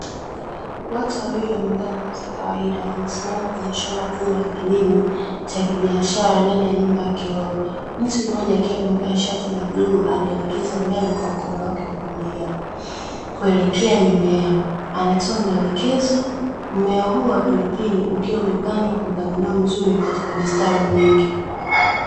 Watu wawili wamevaa nguo za kawaida, wamesimama kwenye shamba kubwa la kilimo cha kibiashara, ndani ya nyumba ya kioo, mtu mmoja akiwa amevaa shati la bluu anaelekeza mbele kwa mkono wake wa kulia, kuelekea mimea anatoa maelekezo, mmea huu wa pilipili ukiwa umepandwa kwa mpangilio mzuri katika mistari mingi.